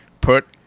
Put